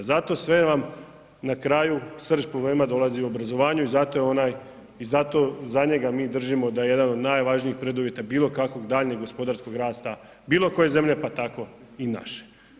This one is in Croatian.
Zato sve vam na kraju srž problema dolazi u obrazovanju i zato je onaj i zato za njega mi držimo da je jedan od najvažnijih preduvjeta bilo kakvog daljnjeg gospodarskog rasta bilo koje zemlje pa tako i naše.